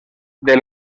del